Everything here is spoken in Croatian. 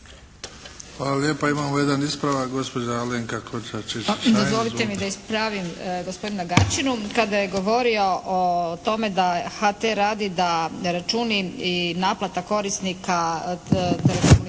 Hvala lijepa. Imamo jedan ispravak gospođa Alenka Košiša